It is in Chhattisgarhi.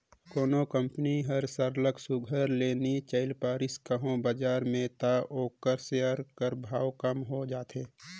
कोनो कंपनी हर सरलग सुग्घर ले नी चइल पारिस कहों बजार में त ओकर सेयर कर भाव कम हो जाथे